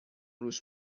روش